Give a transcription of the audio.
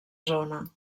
zona